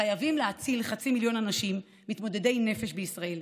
חייבים להציל חצי מיליון אנשים מתמודדי נפש בישראל.